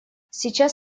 сейчас